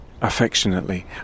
affectionately